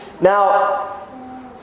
Now